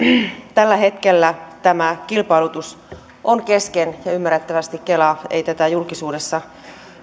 tällä hetkellä tämä kilpailutus on kesken ymmärrettävästi kela ei tätä julkisuudessa